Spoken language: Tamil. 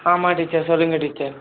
ஆமாம் டீச்சர் சொல்லுங்கள் டீச்சர்